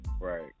Right